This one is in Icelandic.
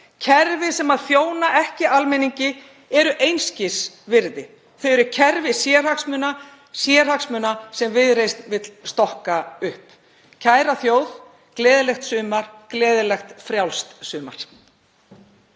Kerfi sem þjóna ekki almenningi eru einskis virði, þau eru kerfi sérhagsmuna sem Viðreisn vill stokka upp. Kæra þjóð. Gleðilegt sumar. Gleðilegt frjálst sumar.